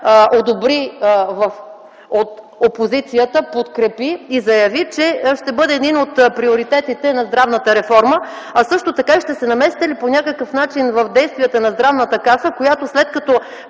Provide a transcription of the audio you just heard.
одобри от опозицията, подкрепи и заяви, че ще бъде един от приоритетите на здравната реформа? Също така ще се намесите ли по някакъв начин в действията на Здравната каса, която, след като